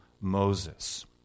Moses